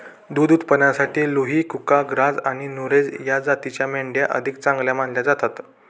दुध उत्पादनासाठी लुही, कुका, ग्राझ आणि नुरेझ या जातींच्या मेंढ्या अधिक चांगल्या मानल्या जातात